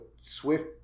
swift